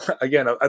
again